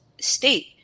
state